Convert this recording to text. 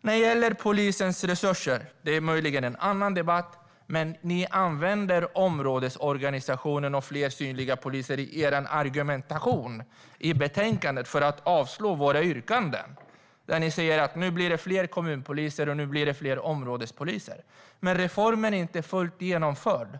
När det gäller frågan om polisens resurser hör den möjligen hemma i en annan debatt. Men ni använder områdesorganisationen och fler synliga poliser i er argumentation i betänkandet för att föreslå avslag på våra yrkanden. Ni säger att det blir fler kommunpoliser och att det blir fler områdespoliser. Men reformen är inte fullt genomförd.